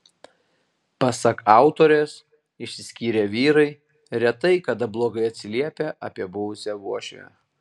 pasak autorės išsiskyrę vyrai retai kada blogai atsiliepia apie buvusią uošvę